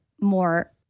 more